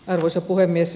arvoisa puhemies